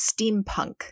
steampunk